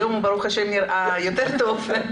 היום ברוך השם הוא נראה יותר טוב,